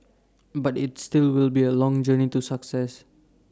but its still will be A long journey to success